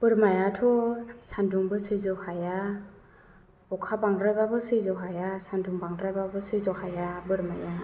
बोरमायाथ' सान्दुंबो सयज' हाया अखा बांद्रायबाबो सयज' हाया सान्दुं बांद्रायबाबो सयज' हाया बोरमाया